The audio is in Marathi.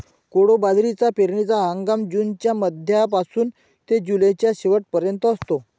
कोडो बाजरीचा पेरणीचा हंगाम जूनच्या मध्यापासून ते जुलैच्या शेवट पर्यंत असतो